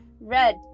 Red